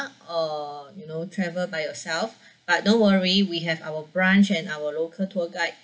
or you know travel by yourself but don't worry we have our branch and our local tour guide